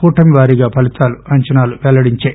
కూటమి వారీగా ఫలితాల అంచనాలు పెల్లడించాయి